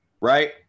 right